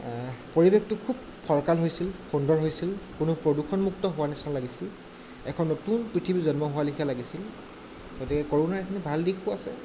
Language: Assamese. পৰিৱেশটো খুব ফৰকাল হৈছিল সুন্দৰ হৈছিল কোনো প্ৰদূষণমুক্ত হোৱাৰ নিচিনা লাগিছিল এখন নতুন পৃথিৱী জন্ম হোৱাৰ লেখীয়া লাগিছিল গতিকে কৰোণাৰ সেইখিনি ভাল দিশো আছে